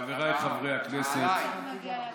חבריי חברי הכנסת, נציג העם.